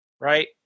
right